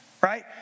right